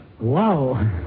Wow